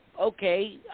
okay